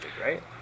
right